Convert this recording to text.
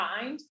find